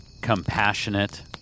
compassionate